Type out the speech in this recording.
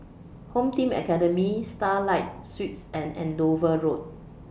Home Team Academy Starlight Suites and Andover Road